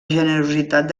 generositat